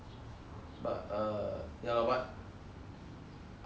I think through it I didn't really enjoy the whole process